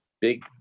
big